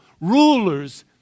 rulers